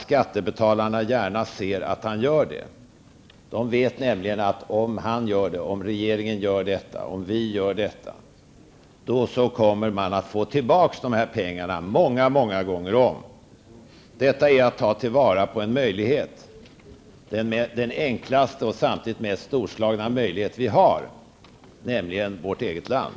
Skattebetalarna ser gärna att Olof Johansson, regeringen och vi riksdagsledamöter går med på den satsningen, eftersom de vet att de i så fall kommer att få tillbaka dessa pengar många många gånger om. Detta är att ta till vara en möjlighet, den enklaste och samtidigt mest storslagna vi har, nämligen vårt eget land.